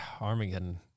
Armageddon